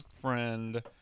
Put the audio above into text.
friend